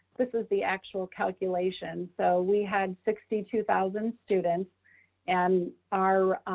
this was the actual calculation. so we had sixty two thousand students and our,